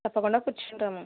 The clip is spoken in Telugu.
తప్పకుండా కూర్చుంటాము